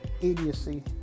idiocy